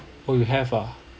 oh you have ah